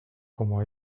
como